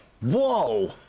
Whoa